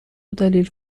دلیل